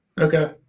Okay